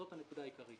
זאת הנקודה העיקרית